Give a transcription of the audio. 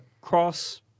cross